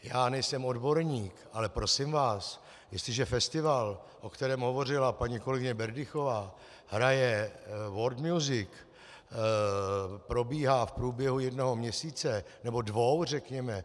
Já nejsem odborník, ale prosím vás, jestliže festival, o kterém hovořila paní kolegyně Berdychová, hraje world music, probíhá v průběhu jednoho měsíce nebo dvou řekněme.